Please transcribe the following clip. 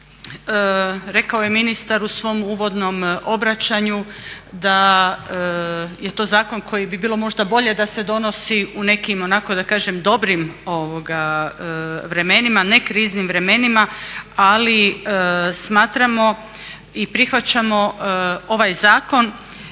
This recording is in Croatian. Rekao je ministar u svom uvodnom obraćanju da je to zakon koji bi bilo možda bolje da se donosi u nekim onako da kažem dobrim vremenima, ne kriznim vremenima. Ali smatramo i prihvaćamo ovaj zakon